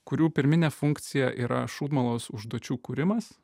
kurių pirminė funkcija yra šūdmalos užduočių kūrimas